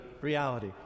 reality